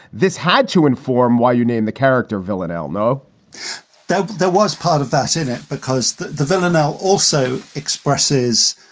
this had to inform why you named the character villanelle no doubt that was part of that in it. because the the villanelle also expresses,